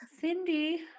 cindy